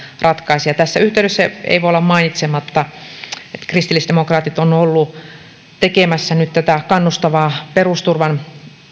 ratkaise ja tässä yhteydessä ei voi olla mainitsematta että kristillisdemokraatit ovat olleet tekemässä nyt tätä kannustavan perusturvan